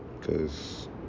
Cause